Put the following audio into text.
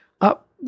up